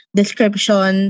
description